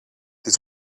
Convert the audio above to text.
this